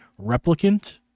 Replicant